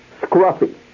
Scruffy